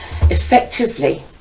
effectively